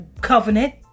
covenant